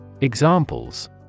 Examples